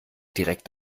direkt